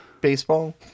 baseball